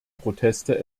proteste